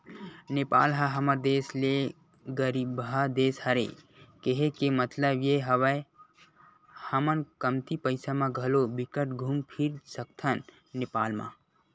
नेपाल ह हमर देस ले गरीबहा देस हरे, केहे के मललब ये हवय हमन कमती पइसा म घलो बिकट घुम फिर सकथन नेपाल म